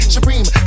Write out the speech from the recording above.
Supreme